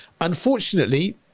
Unfortunately